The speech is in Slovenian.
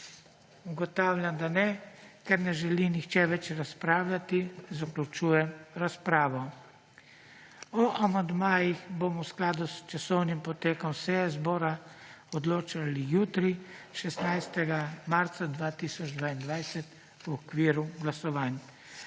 Ugotavljam, da ne. Ker ne želi nihče več razpravljati, zaključujem razpravo. O amandmajih bomo v skladu s časovnim potekom seje zbora odločali jutri, 16. marca 2022, v okviru glasovanj.